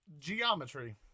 Geometry